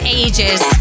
ages